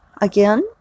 again